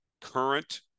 Current